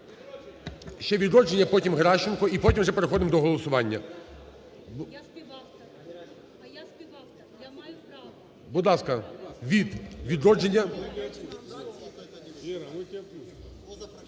Ще "Відродження", потім – Геращенко, і потім вже переходимо до голосування. Будь ласка, від "Відродження".